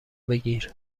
بگیر